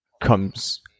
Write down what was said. comes